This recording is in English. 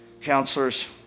counselor's